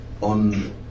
on